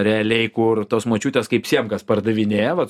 realiai kur tos močiutės kaip siemkas pardavinėja vat